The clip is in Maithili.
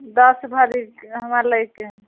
दस भरीके हमरा लैके हइ